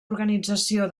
organització